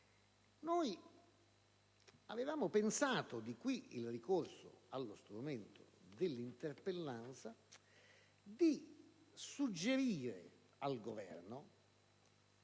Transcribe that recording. noi avevamo pensato, e di qui il ricorso allo strumento dell'interpellanza, di suggerire all'Esecutivo,